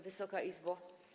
Wysoka Izbo!